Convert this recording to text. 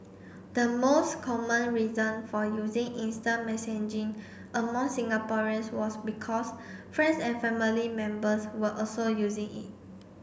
the most common reason for using instant messaging among Singaporeans was because friends and family members were also using it